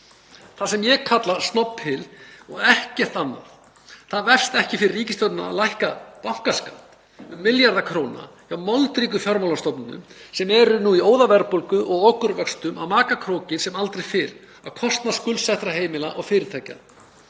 sem ég kalla Snobbhill og ekkert annað. Það vefst ekki fyrir ríkisstjórninni að lækka bankaskatt um milljarða króna hjá moldríkum fjármálastofnunum sem eru nú í óðaverðbólgu og okurvöxtum að maka krókinn sem aldrei fyrr á kostnað skuldsettra heimila og fyrirtækja.